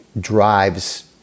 drives